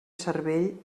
cervell